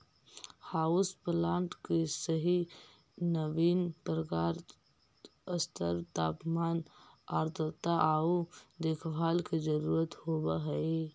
house plant के सही नवीन प्रकाश स्तर तापमान आर्द्रता आउ देखभाल के जरूरत होब हई